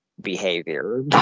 behavior